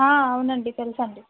అవునండీ తెలుసండి